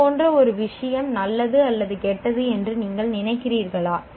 இது போன்ற ஒரு விஷயம் நல்லது அல்லது கெட்டது என்று நீங்கள் நினைக்கிறீர்களா